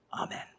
Amen